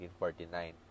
1949